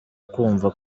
kumva